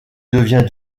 devient